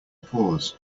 pause